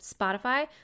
Spotify